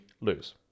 lose